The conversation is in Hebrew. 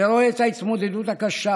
ורואה את ההתמודדות הקשה